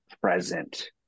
present